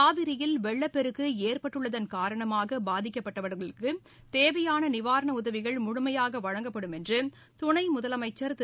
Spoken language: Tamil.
காவிரியில் வெள்ளப்பெருக்கு ஏற்பட்டுள்ளதன் காரணமாக பாதிக்கப்பட்டவர்களுக்கு தேவையான நிவாரண உதவிகள் முழுமையாக வழங்கப்படும் என்று துணை முதலமைச்ச் திரு